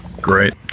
Great